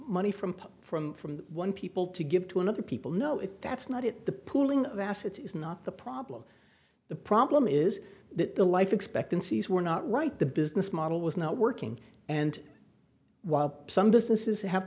money from from from one people to give to another people know it that's not it the pooling of assets is not the problem the problem is that the life expectancies were not right the business model was not working and while some businesses have